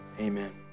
amen